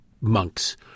monks